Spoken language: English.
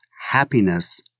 happiness